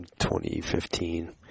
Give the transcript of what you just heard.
2015